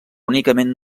únicament